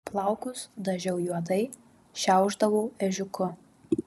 plaukus dažiau juodai šiaušdavau ežiuku